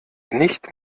nicht